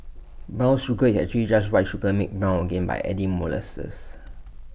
brown sugar is actually just white sugar made brown again by adding molasses